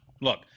Look